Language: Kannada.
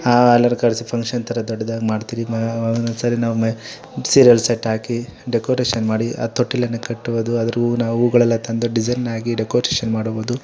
ಆ ಎಲ್ಲರ ಕರೆಸಿ ಫಂಕ್ಷನ್ ಥರ ದೊಡ್ದಾಗಿ ಮಾಡ್ತೀರಿ ಮ ಒಂದೊಂದ್ಸರಿ ನಾವು ಮ ಸೀರಿಯಲ್ ಸೆಟ್ ಹಾಕಿ ಡೆಕೋರೇಷನ್ ಮಾಡಿ ಆ ತೊಟ್ಟಿಲನ್ನು ಕಟ್ಟುವುದು ಅದ್ರ ಊ ನಾವು ಹೂವುಗಳೆಲ್ಲ ತಂದು ಡಿಸೈನಾಗಿ ಡೆಕೋರೇಷನ್ ಮಾಡುವುದು